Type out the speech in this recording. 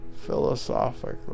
philosophically